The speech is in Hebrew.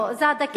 לא, הדקה הסתיימה.